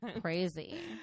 Crazy